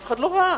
אף אחד לא ראה.